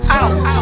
out